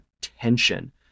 tension